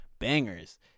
bangers